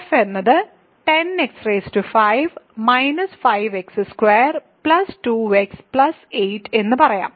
f എന്നത് 10x5 5x2 2x 8 എന്ന് പറയാം